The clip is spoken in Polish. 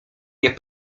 nie